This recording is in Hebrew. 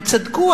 הם צדקו,